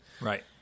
right